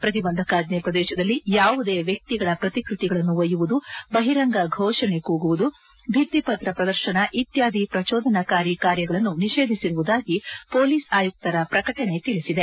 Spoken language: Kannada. ಪ್ರತಿಬಂಧಕಾಜ್ಞೆ ಪ್ರದೇಶದಲ್ಲಿ ಯಾವುದೇ ವ್ಯಕ್ತಿಗಳ ಪ್ರತಿಕೃತಿಗಳನ್ನು ಒಯ್ಯುವುದು ಬಹಿರಂಗ ಫೋಷಣೆ ಕೂಗುವುದು ಬಿತ್ತಿ ಪತ್ರ ಪ್ರದರ್ಶನ ಇತ್ಯಾದಿ ಪ್ರಚೋಧನಕಾರಿ ಕಾರ್ಯಗಳನ್ನು ನಿಷೇಧಿಸಿರುವುದಾಗಿ ಪೊಲೀಸ್ ಆಯುಕ್ತರ ಪ್ರಕಟಣೆ ತಿಳಿಸಿದೆ